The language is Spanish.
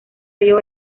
río